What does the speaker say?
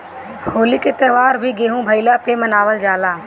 होली के त्यौहार भी गेंहू भईला पे मनावल जाला